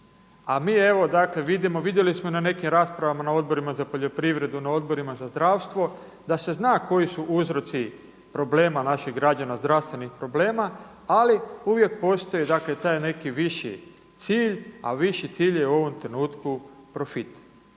a mi evo dakle vidimo, vidjeli smo na nekim raspravama na Odborima za poljoprivredu, na Odborima za zdravstvo da se zna koji su uzroci problema naših građana, zdravstvenih problema. Ali uvijek postoji, dakle taj neki viši cilj, a viši cilj je u ovom trenutku profit.